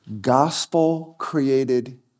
gospel-created